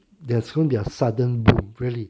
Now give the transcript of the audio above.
there's going to be a sudden boom really